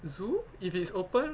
zoo if it's open